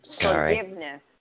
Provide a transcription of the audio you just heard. forgiveness